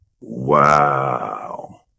Wow